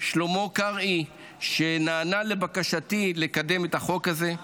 שלמה קרעי שנענה לבקשתי לקדם את החוק הזה.